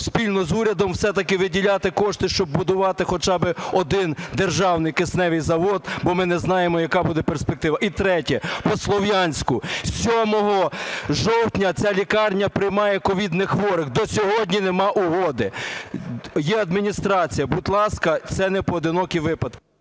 спільно з урядом все-таки виділяти кошти, щоб будувати хоча би один державний кисневий завод, бо ми не знаємо яка буде перспектива. І третє, по Слов'янську. З 7 жовтня ця лікарня приймає ковідних хворих, до сьогодні немає угоди. Є адміністрація, будь ласка, це непоодинокі випадки.